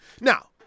Now